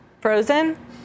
frozen